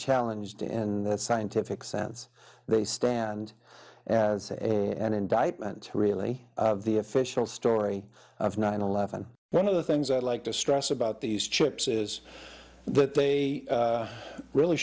challenged in the scientific sense they stand as an indictment really of the official story of nine eleven one of the things i'd like to stress about these chips is that they really